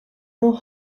more